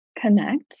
connect